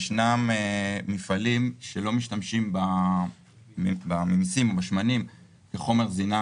ישנם מפעלים שלא משתמשים בממסים ובשמנים כחומר זינה